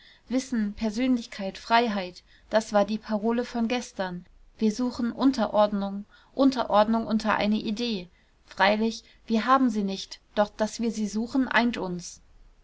wissen persönlichkeit freiheit das war die parole von gestern wir suchen unterordnung unterordnung unter eine idee freilich wir haben sie nicht doch daß wir sie suchen eint uns